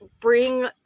bring